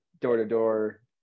door-to-door